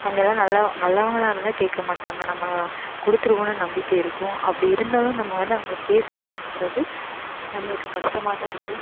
அவங்கெல்லாம் நல்லவ் நல்லவங்களாக இருந்தால் கேட்க மாட்டாங்க நம்ம கொடுத்துருவோன்னு நம்பிக்கை இருக்கும் அப்படி இருந்தாலும் நம்ம வந்து அவங்களை ஃபேஸ் பண்ணணுங்கிறது நம்மளுக்கு கஷ்டமாக தான் இருக்கும்